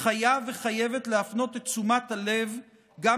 חייב וחייבת להפנות את תשומת הלב גם